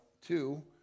Two